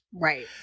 Right